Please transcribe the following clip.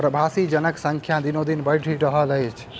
प्रवासी जनक संख्या दिनोदिन बढ़ि रहल अछि